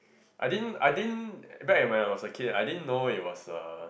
I didn't I didn't back in when I was a kid I didn't know it was a